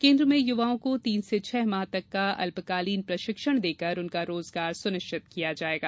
केन्द्र में युवाओं को तीन से छह माह तक का अल्पकालीन प्रशिक्षण देकर उनका रोजगार सुनिश्चित किया जायेगा